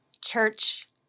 Church